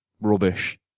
rubbish